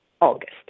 August